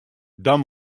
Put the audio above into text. dan